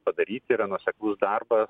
padaryti yra nuoseklus darbas